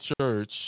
church